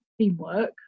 teamwork